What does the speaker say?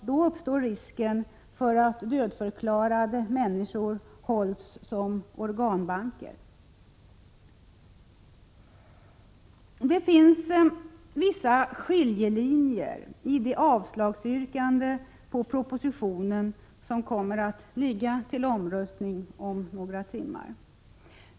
Då uppstår risken att dödförklarade människor hålls som organbanker. Det finns vissa skiljelinjer i det yrkande om avslag på propositionen som kommer att föreligga till omröstning om några timmar.